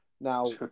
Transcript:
Now